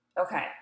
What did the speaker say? Okay